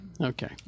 Okay